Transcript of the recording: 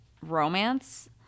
romance